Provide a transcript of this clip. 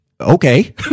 okay